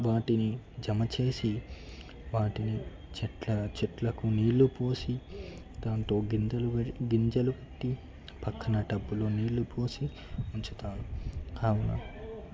వాటిని జమ చేసి వాటిని చెట్ల చెట్లకు నీళ్లు పోసి దాంతో గింజలు గింజలు పెట్టి పక్కన టబ్బులో నీళ్లు పోసి ఉంచుతాను కావున